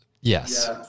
Yes